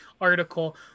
article